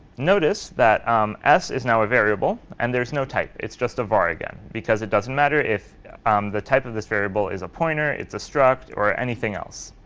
notice that um s is now a variable, and there's no type. it's just a var again. because it doesn't matter if the type of this variable is a pointer, it's a struct, or anything else.